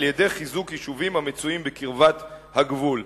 על-ידי חיזוק יישובים המצויים בקרבת הגבול.